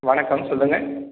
வணக்கம் சொல்லுங்கள்